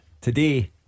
Today